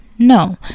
no